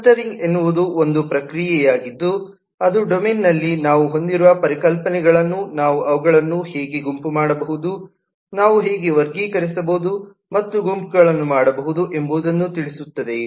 clustering ಎನ್ನುವುದು ಒಂದು ಪ್ರಕ್ರಿಯೆಯಾಗಿದ್ದು ಅದು ಡೊಮೇನ್ನಲ್ಲಿ ನಾವು ಹೊಂದಿರುವ ಪರಿಕಲ್ಪನೆಗಳನ್ನು ನಾವು ಅವುಗಳನ್ನು ಹೇಗೆ ಗುಂಪು ಮಾಡಬಹುದು ನಾವು ಹೇಗೆ ವರ್ಗೀಕರಿಸಬಹುದು ಮತ್ತು ಗುಂಪುಗಳನ್ನು ಮಾಡಿಬಹುದು ಎಂಬುದನ್ನು ತಿಳಿಸುತ್ತದೆ